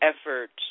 efforts